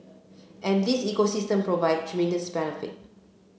and this ecosystem provides tremendous benefit